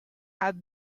had